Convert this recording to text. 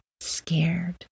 scared